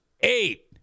Eight